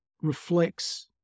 reflects